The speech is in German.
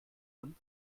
uns